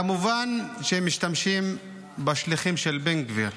כמובן שהם משתמשים בשליחים של בן גביר,